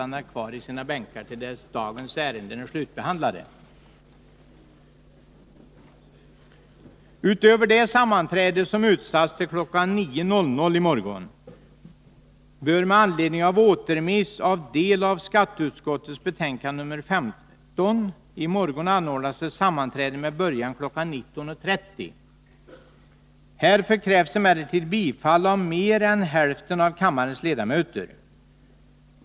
09.00 den 17 december, bör med anledning av återremissen av del av skatteutskottets betänkande 15 nämnda dag anordnas ett sammanträde med början kl. 19.30. Härför krävs emellertid bifall av mer än hälften av kammarens ledamöter.